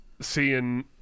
Seeing